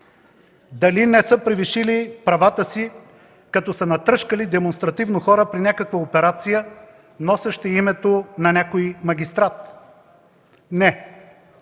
дали не са превишили правата си, като са натръшкали демонстративно хора при някаква операция, носеща името на някой магистрат? Не,